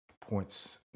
points